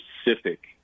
specific